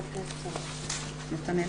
נתנאלה.